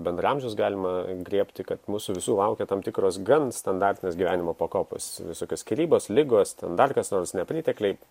bendraamžius galima griebti kad mūsų visų laukia tam tikros gan standartinės gyvenimo pakopos visokios skyrybos ligos ten dar kas nors nepritekliai